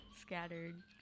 scattered